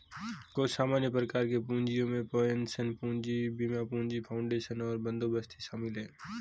कुछ सामान्य प्रकार के पूँजियो में पेंशन पूंजी, बीमा पूंजी, फाउंडेशन और बंदोबस्ती शामिल हैं